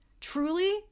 truly